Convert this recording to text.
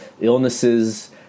illnesses –